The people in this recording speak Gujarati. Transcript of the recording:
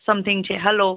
સમથિંગ છે હલો